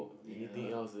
ya